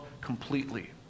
completely